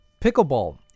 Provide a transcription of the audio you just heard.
Pickleball